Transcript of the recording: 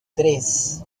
tres